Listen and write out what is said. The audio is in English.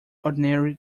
ordinary